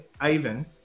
Ivan